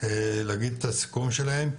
להגיד את הסיכום שלהם,